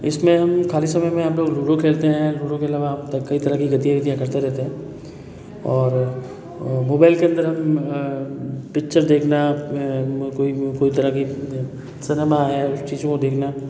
इसमें हम खाली समय में हम लोग लूडो खेलते हैं लूडो के अलावा आप तक कई तरह की गतिविधियाँ करते रहते हैं और मोबाईल के अंदर हम पिक्चर देखना कोई कोई तरह की सिनेमा है उस चीज़ को देखना